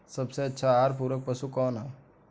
सबसे अच्छा आहार पूरक पशु कौन ह?